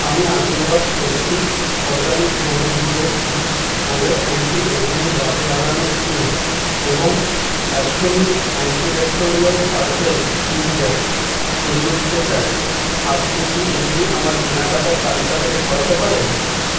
আমি আশীর্বাদ স্বস্তি অরগ্যানিক গরুর দুধের ঘি ওলে অ্যান্টি এজিং রাতে লাগানো ক্রিম এবং অ্যাস্টোনিশ অ্যান্টিব্যাকটোরিয়াল সারফেস ক্লিনজার সরিয়ে দিতে চাই আপনি কি এগুলি আমার কেনাকাটার তালিকা থেকে সরাতে পারেন